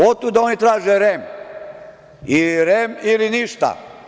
Otud oni traže REM, ili REM ili ništa.